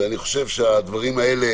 אני חושב שהדברים האלה